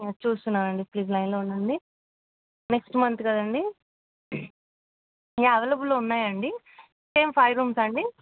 చూస్తున్నాను అండి ప్లీజ్ లైన్లో ఉండండి నెక్స్ట్ మంత్ కదండి యా అవైలబుల్లో ఉన్నాయండి సేమ్ ఫైవ్ రూమ్స్ అండి